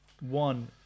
one